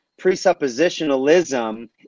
presuppositionalism